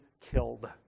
killed